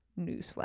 newsflash